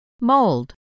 Mold